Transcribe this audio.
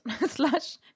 slash